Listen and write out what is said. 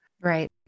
Right